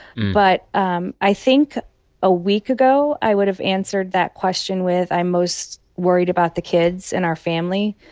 but um i think a week ago, i would have answered that question with, i'm most worried about the kids and our family.